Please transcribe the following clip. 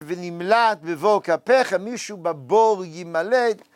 ונמלט בבור כפיך, מישהו בבור ימלט